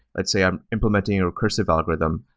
let's say i'm implementing a recursive algorithm.